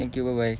thank you bye bye